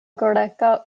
greka